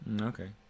Okay